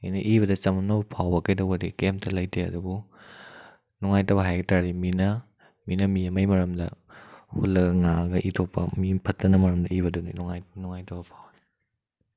ꯑꯩꯅ ꯏꯕꯗ ꯆꯃꯝꯅꯕ ꯐꯥꯎꯕ ꯀꯩꯗꯩꯕꯗꯤ ꯀꯔꯤꯝꯇ ꯂꯩꯇꯦ ꯑꯗꯨꯕꯨ ꯅꯨꯡꯉꯥꯏꯇꯕ ꯍꯥꯏꯕ ꯇꯥꯔꯒꯗꯤ ꯃꯤꯅ ꯃꯤꯅ ꯃꯤ ꯑꯃꯒꯤ ꯃꯔꯝꯗ ꯍꯨꯜꯂꯒ ꯉꯥꯡꯉꯒ ꯏꯊꯣꯛꯄ ꯃꯤ ꯐꯠꯇꯅꯕ ꯃꯔꯝꯗ ꯏꯕꯗꯨꯗꯤ ꯅꯨꯡꯉꯥꯏꯇꯕ ꯐꯥꯎꯏ